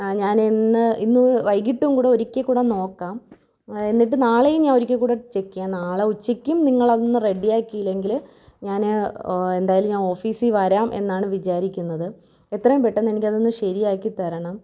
ഞാൻ ഇന്ന് ഇന്ന് വൈകിട്ടും കൂടെ ഒരിക്കൽ കൂടെ നോക്കാം എന്നിട്ട് നാളെയും ഞാൻ ഒരിക്കൽ കൂടെ ചെക്ക് ചെയ്യാം നാളെ ഉച്ചക്കും നിങ്ങളൊന്ന് റെഡിയാക്കിയില്ലെങ്കിൽ ഞാൻ എന്തായാലും ഞാൻ ഓഫീസീ വരാം എന്നാണ് വിചാരിക്കുന്നത് എത്രയും പെട്ടെന്നെനിക്കതൊന്ന് ശരിയാക്കി തരണം